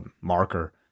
marker